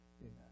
Amen